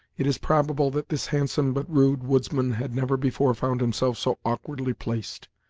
it is probable that this handsome but rude woodsman had never before found himself so awkwardly placed,